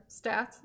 stats